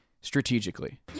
Strategically